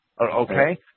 okay